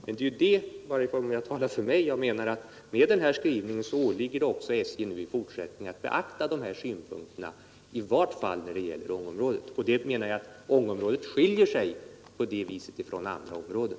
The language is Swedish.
Med denna skrivning åligger det enligt min uppfattning SJ att i fortsättningen beakta dessa synpunkter, i varje fall när det gäller Ångeområdet. Och jag menar att Å ngeområdet på det sättet skiljer sig från andra områden.